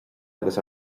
agus